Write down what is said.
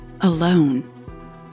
alone